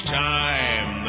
time